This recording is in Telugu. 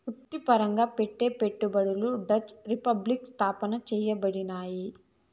వృత్తిపరంగా పెట్టే పెట్టుబడులు డచ్ రిపబ్లిక్ స్థాపన చేయబడినాయి